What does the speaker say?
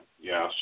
yes